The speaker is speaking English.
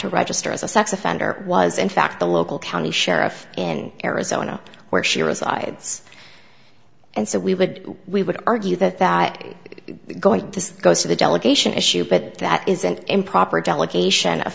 to register as a sex offender was in fact the local county sheriff in arizona where she resides and so we would we would argue that that is going to go to the delegation issue but that is an improper delegation of